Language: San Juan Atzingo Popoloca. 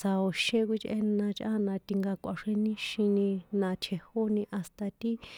sao̱xién kjuíchꞌéna chꞌán na tinkakuaxrjeníxini na tjejóni hasta ti.